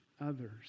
others